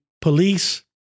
police